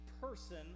person